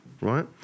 right